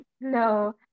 no